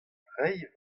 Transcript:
treiñ